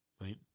right